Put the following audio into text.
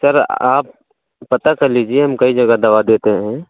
sir आप पता कर लीजिए हम कई जगह दवा देते हैं